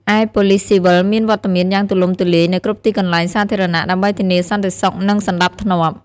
ឯប៉ូលិសស៊ីវិលមានវត្តមានយ៉ាងទូលំទូលាយនៅគ្រប់ទីកន្លែងសាធារណៈដើម្បីធានាសន្តិសុខនិងសណ្ដាប់ធ្នាប់។